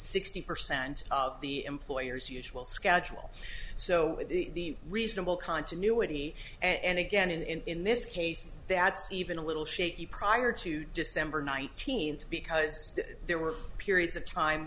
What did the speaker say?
sixty percent of the employer's usual schedule so the reasonable continuity and again in in this case that's even a little shaky prior to december nineteenth because there were periods of time